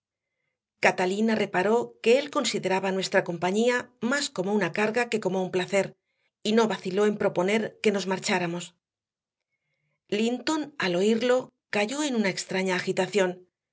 catalina reparó que él consideraba nuestra compañía más como una carga que como un placer y no vaciló en proponer que nos marcháramos linton al oírlo cayó en una extraña agitación